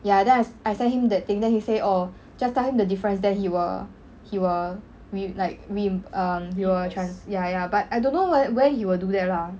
ya then I I send him that thing then he say oh just tell him the difference then he will err he will will like erm he will trans ya ya but I don't know where when he will do that lah